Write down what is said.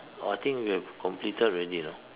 I think we've completed already no